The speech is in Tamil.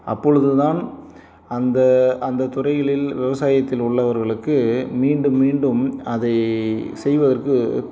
அப்பொழுது தான் அந்த அந்த துறைகளில் விவசாயத்தில் உள்ளவர்களுக்கு மீண்டும் மீண்டும் அதை செய்வதற்கு